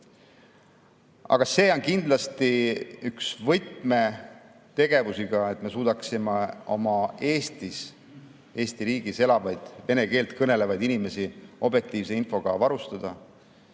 Aga see on kindlasti üks võtmetegevusi – see, et me suudaksime oma Eestis, Eesti riigis elavaid vene keelt kõnelevaid inimesi objektiivse infoga varustada.